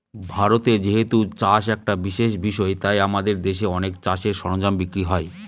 ভারতে যেহেতু চাষ একটা বিশেষ বিষয় তাই আমাদের দেশে অনেক চাষের সরঞ্জাম বিক্রি হয়